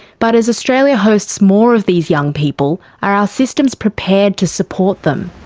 but as australia hosts more of these young people, are our systems prepared to support them?